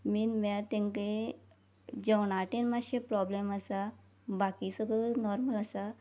main म्हळ्यार तेंगे जेवणाटेन मातशें प्रोब्लेम आसा बाकी सगळो नॉर्मल आसा